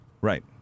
Right